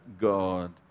God